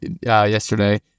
yesterday